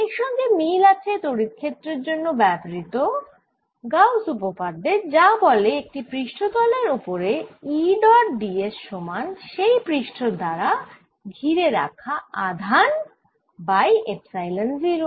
এর সঙ্গে মিল আছে তড়িৎ ক্ষেত্রের জন্য ব্যবহৃত গাউস উপপাদ্যের যা বলে একটি পৃষ্ঠতলের ওপরে E ডট ds সমান সেই পৃষ্ঠ দ্বারা ঘিরে রাখা আধান বাই এপসাইলন 0